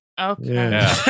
Okay